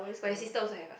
my sister also have ah